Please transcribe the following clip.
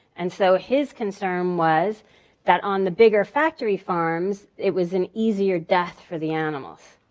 and so his concern was that on the bigger factory farms, it was an easier death for the animals.